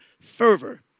fervor